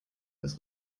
als